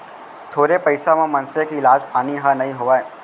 थोरे पइसा म मनसे के इलाज पानी ह नइ होवय